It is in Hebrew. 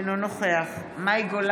אינו נוכח יאיר